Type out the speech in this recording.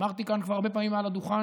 אמרתי כאן כבר הרבה פעמים מעל הדוכן